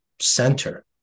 center